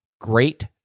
great